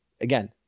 again